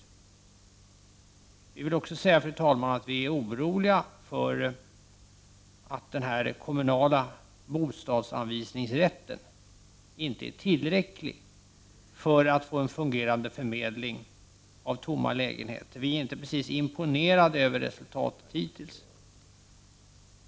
Jag vill också säga att vi är oroliga för att den kommunala bostadsanvisningsrätten inte är tillräcklig för att få en fungerande förmedling av tomma lägenheter. Vi är inte precis imponerade över resultatet hittills.